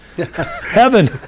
heaven